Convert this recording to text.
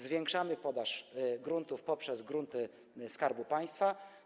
Zwiększamy podaż gruntów poprzez grunty Skarbu Państwa.